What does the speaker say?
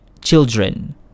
children